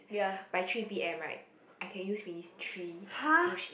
by three P_M right I can use finish three full sheet